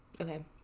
Okay